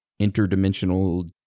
interdimensional